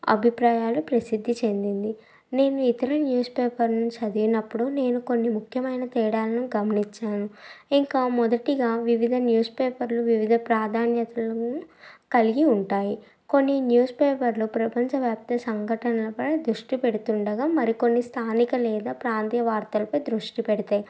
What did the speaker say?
అభిప్రాయాలు ప్రసిద్ధి చెందింది నేను ఇతర న్యూస్ పేపర్ను చదివినప్పుడు నేను కొన్ని ముఖ్యమైన తేడాలని గమనించాను ఇంకా మొదటిగా వివిధ న్యూస్ పేపర్లు వివిధ ప్రాధాన్యతలను కలిగి ఉంటాయి కొన్ని న్యూస్ పేపర్లు ప్రపంచ వ్యాప్తి సంఘటనలపై దృష్టి పెడుతుండగా మరికొన్ని స్థానిక లేదా ప్రాంతీయ వార్తలపై దృష్టి పెడతాయి